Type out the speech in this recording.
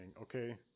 okay